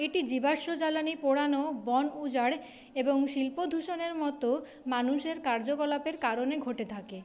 এটি জীবাশ্ম জ্বালানি পোড়ানো বন উজাড় এবং শিল্পদূষণের মতো মানুষের কার্যকলাপের কারণে ঘটে থাকে